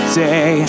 day